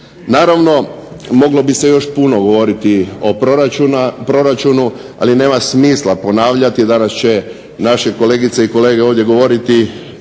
Naravno, moglo bi se još puno govoriti o proračunu, ali nema smisla ponavljati. Danas će naši kolegice i kolege govoriti